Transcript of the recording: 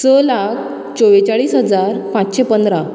स लाख चोव्वेचाळीस हजार पांचशें पंदरा